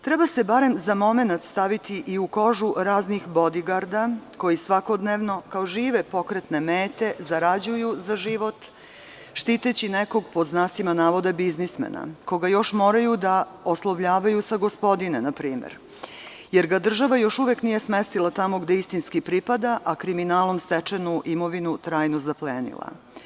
Treba se barem za momenat staviti i u kožu raznih bodigarda, koji svakodnevno, kao žive pokretne mete zarađuju za život štiteći nekog pod znacima navoda biznismena, koga još moraju da oslovljavaju sa gospodine npr, jer ga država još uvek nije smestila tamo gde istinski pripada, a kriminalom stečenu imovinu trajno zaplenila.